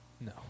No